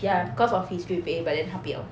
ya cause of his G_P_A but then 他不要